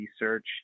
research